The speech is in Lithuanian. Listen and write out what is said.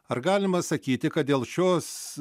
ar galima sakyti kad dėl šios